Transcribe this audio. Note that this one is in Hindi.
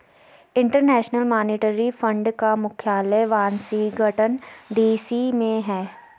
इंटरनेशनल मॉनेटरी फंड का मुख्यालय वाशिंगटन डी.सी में है